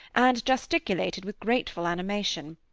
and gesticulated with grateful animation.